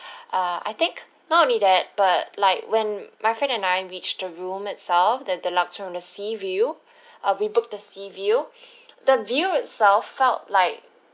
err I think not only that but like when my friend and I reached the room itself the deluxe and the sea view uh we book the sea view the view itself felt like